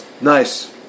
Nice